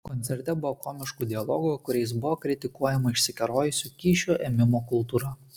koncerte buvo komiškų dialogų kuriais buvo kritikuojama išsikerojusi kyšių ėmimo kultūra